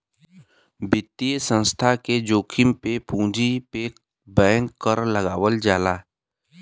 वित्तीय संस्थान के जोखिम पे पूंजी पे बैंक कर लगावल जाला